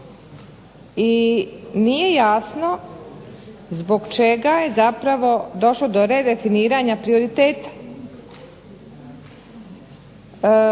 i nije jasno zbog čega je zapravo došlo do redefiniranja prioriteta.